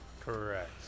Correct